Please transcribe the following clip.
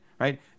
right